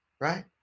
right